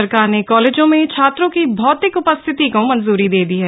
सरकार ने कालेजों में छात्रों की भौतिक उपस्थिति को मंजूरी दे दी है